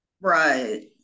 Right